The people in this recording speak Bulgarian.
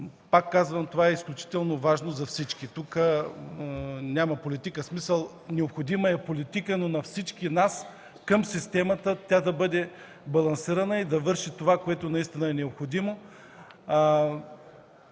Пак казвам, това е изключително важно за всички. Тук няма политика. В смисъл, необходима е политика, но на всички нас към системата тя да бъде балансирана и да върши това, което наистина е необходимо.